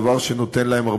דבר שנותן להם,